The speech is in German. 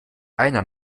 einer